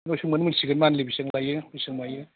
बेनाव सोंबानो मिन्थिगोन मान्थ्लि बिसिबां लायो बिसिबां मायो